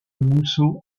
mousseau